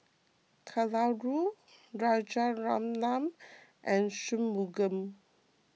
Kalluri Rajaratnam and Shunmugam